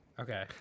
Okay